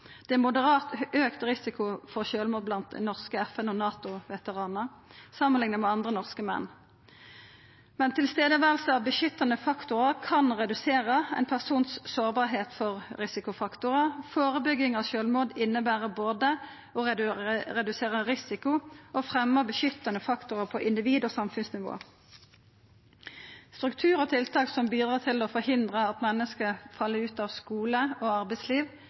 Det er moderat auka risiko for sjølvmord blant norske FN- og NATO-veteranar samanlikna med andre norske menn. Men nærvær av beskyttande faktorar kan redusera kor sårbar ein person er for risikofaktorar. Førebygging av sjølvmord inneber både å redusera risiko og fremja beskyttande faktorar på individ- og samfunnsnivå. Strukturar og tiltak som bidrar til å forhindra at menneske fell ut av skule og arbeidsliv,